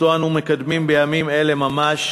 שאנחנו מקדמים בימים אלה ממש